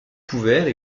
couverts